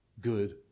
good